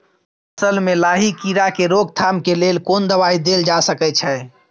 फसल में लाही कीरा के रोकथाम के लेल कोन दवाई देल जा सके छै?